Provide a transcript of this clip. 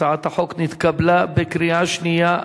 הצעת החוק נתקבלה בקריאה שנייה.